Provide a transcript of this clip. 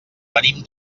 venim